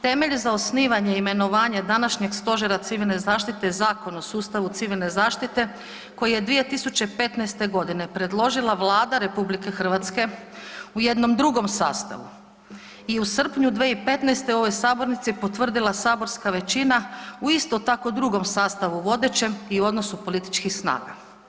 Temelj za osnivanje i imenovanje današnjeg Stožera civilne zaštite je Zakon o sustavu civilne zaštite, koji je 2015. godine predložila Vlada Republike Hrvatske u jednom drugom sastavu i u srpnju 2015. u ovoj sabornici potvrdila saborska većina u isto tako drugom sastavu vodećem i u odnosu političkih snaga.